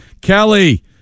Kelly